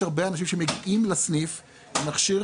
יש הרבה אנשים שמגיעים לסניף עם מכשיר